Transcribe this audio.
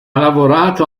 lavorato